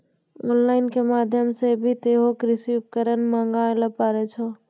on line के माध्यम से भी तोहों कृषि उपकरण मंगाय ल पारै छौ